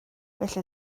felly